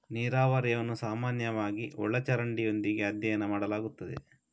ನೀರಾವರಿಯನ್ನು ಸಾಮಾನ್ಯವಾಗಿ ಒಳ ಚರಂಡಿಯೊಂದಿಗೆ ಅಧ್ಯಯನ ಮಾಡಲಾಗುತ್ತದೆ